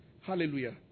hallelujah